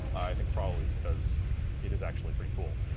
i think probably because it is actually pretty cool.